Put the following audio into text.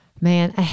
man